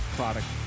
product